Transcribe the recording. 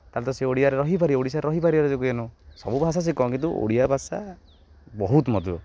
ତା'ହେଲେ ତ ସେ ଓଡ଼ିଆରେ ରହିପାରିବ ଓଡ଼ିଶାରେ ରହିପାରିବାର ଯୋଗ୍ୟ ନୁହଁ ସବୁ ଭାଷା ଶିଖ କିନ୍ତୁ ଓଡ଼ିଆ ଭାଷା ବହୁତ ମଧୁର